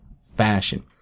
fashion